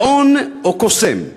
גאון או קוסם.